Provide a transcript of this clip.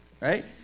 right